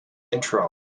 intro